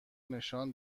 نشان